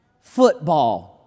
football